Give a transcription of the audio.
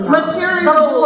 material